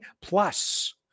plus